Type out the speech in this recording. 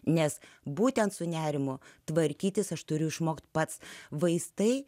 nes būtent su nerimu tvarkytis aš turiu išmokti pats vaistai